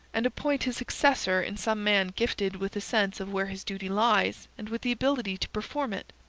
and appoint his successor in some man gifted with a sense of where his duty lies, and with the ability to perform it.